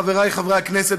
חברי חברי הכנסת,